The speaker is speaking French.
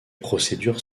procédures